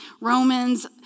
Romans